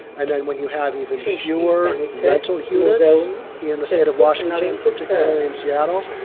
and then when you have even fewer rental units in the state of washington, particularly in seattle,